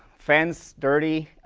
fenced, dirty,